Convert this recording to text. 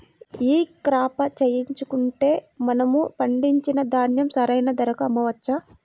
ఈ క్రాప చేయించుకుంటే మనము పండించిన ధాన్యం సరైన ధరకు అమ్మవచ్చా?